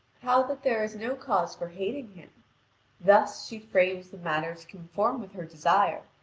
how that there is no cause for hating him thus she frames the matter to conform with her desire,